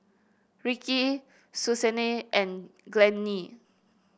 Rickie Susanne and Glennie